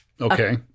Okay